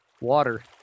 water